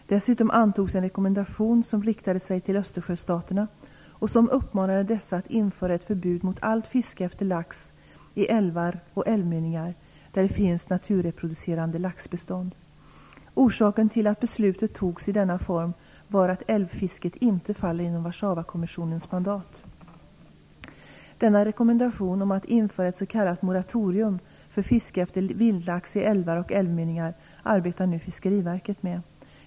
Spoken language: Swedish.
Dessutom antogs en rekommendation som riktade sig till Östersjöstaterna och som uppmanade dessa att införa ett förbud mot allt fiske efter lax i älvar och älvmynningar där det finns naturreproducerande laxbestånd. Orsaken till att beslutet fattades i denna form var att älvfisket inte faller inom Warszawakommissionens mandat. Denna rekommendation om att införa ett s.k. moratorium för fiske efter vildlax i älvar och älvmynningar arbetar nu Fiskeriverket med.